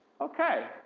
okay